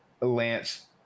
Lance